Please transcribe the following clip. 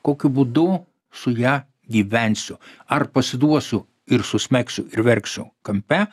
kokiu būdu su ja gyvensiu ar pasiduosiu ir susmegsiu ir verksiu kampe